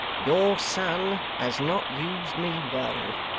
your son has not used me well